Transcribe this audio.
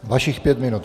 Vašich pět minut.